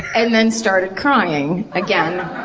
and then started crying again.